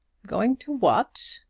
going to what?